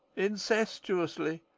incestuously,